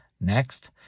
Next